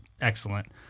excellent